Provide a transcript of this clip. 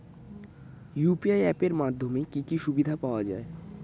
UPI app এর মাধ্যমে কি কি সুবিধা পাওয়া যায়?